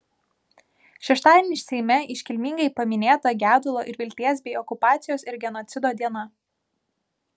šeštadienį seime iškilmingai paminėta gedulo ir vilties bei okupacijos ir genocido diena